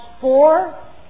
four